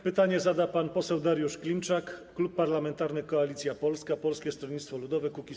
Pytanie zada pan poseł Dariusz Klimczak, Klub Parlamentarny Koalicja Polska - Polskie Stronnictwo Ludowe - Kukiz15.